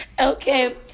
Okay